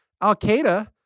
Al-Qaeda